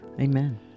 Amen